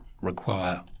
require